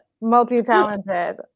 multi-talented